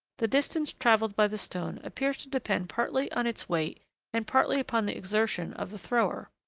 the distance travelled by the stone appears to depend partly on its weight and partly upon the exertion of the thrower.